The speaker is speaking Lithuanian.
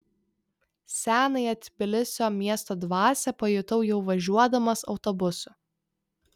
senąją tbilisio miesto dvasią pajutau jau važiuodamas autobusu